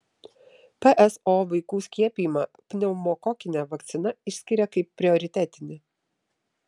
pso vaikų skiepijimą pneumokokine vakcina išskiria kaip prioritetinį